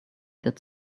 that